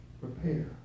Prepare